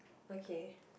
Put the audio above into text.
okay